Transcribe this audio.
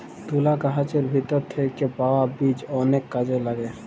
তুলা গাহাচের ভিতর থ্যাইকে পাউয়া বীজ অলেক কাজে ল্যাগে